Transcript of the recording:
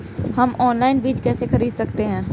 हम ऑनलाइन बीज कैसे खरीद सकते हैं?